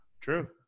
True